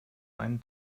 einen